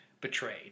betrayed